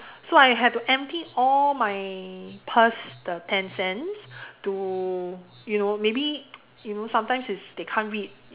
so I had to empty all my purse the ten cents to you know maybe you know sometimes it's they can't read